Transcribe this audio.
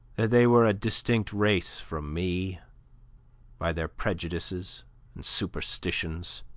they were a distinct race from me by their prejudices and superstitions,